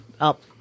up